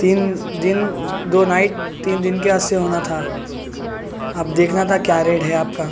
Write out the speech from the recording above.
تین دن دو نائٹ تین دن کے واسطے ہونا تھا اب دیکھنا تھا کیا ریٹ ہے آپ کا